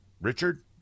richard